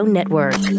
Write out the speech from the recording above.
Network